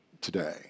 today